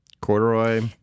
corduroy